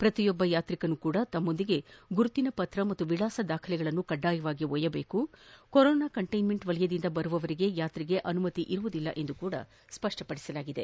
ಪ್ರತಿಯೊಬ್ಬ ಯಾತ್ರಿಕರೂ ಸಹ ತಮ್ಮೊಂದಿಗೆ ಗುರುತಿನ ಪತ್ರ ಮತ್ತು ವಿಳಾಸ ದಾಖಲೆಗಳನ್ನು ಕಡ್ಡಾಯವಾಗಿ ಒಯ್ಯಬೇಕು ಕೊರೊನಾ ಕಂಟ್ವೆನ್ಮೆಂಟ್ ವಲಯದಿಂದ ಬರುವವರಿಗೆ ಯಾತ್ರೆಗೆ ಅನುಮತಿ ನೀಡುವುದಿಲ್ಲ ಎಂದೂ ಸಹ ಸ್ಪಷ್ಪಪದಿಸಲಾಗಿದೆ